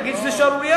להגיד שזו שערורייה.